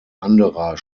anderer